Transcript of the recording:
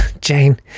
Jane